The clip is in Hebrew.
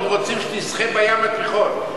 הם רוצים שתשחה בים התיכון.